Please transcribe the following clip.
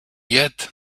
yet